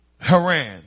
Haran